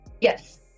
yes